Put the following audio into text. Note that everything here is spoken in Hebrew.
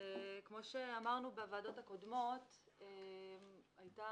כמו שאמרנו בוועדות הקודמות, הייתה